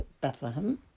Bethlehem